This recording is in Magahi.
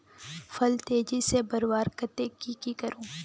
फल तेजी से बढ़वार केते की की करूम?